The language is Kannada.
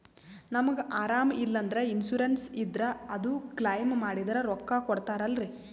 ನಮಗ ಅರಾಮ ಇಲ್ಲಂದ್ರ ಇನ್ಸೂರೆನ್ಸ್ ಇದ್ರ ಅದು ಕ್ಲೈಮ ಮಾಡಿದ್ರ ರೊಕ್ಕ ಕೊಡ್ತಾರಲ್ರಿ?